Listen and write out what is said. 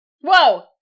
Whoa